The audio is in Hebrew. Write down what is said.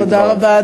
תודה רבה.